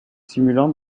simulant